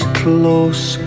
close